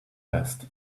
best